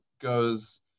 goes